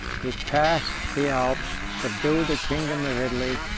he passed the alps, subdued the kingdom of italy,